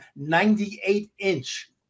98-inch